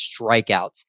strikeouts